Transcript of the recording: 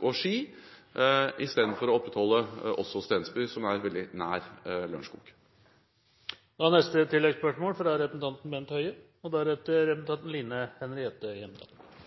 og Ski, i stedet for også å opprettholde Stensby, som er veldig nær Lørenskog. Bent Høie – til oppfølgingsspørsmål.